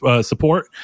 support